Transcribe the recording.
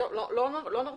טוב, לא נרפה.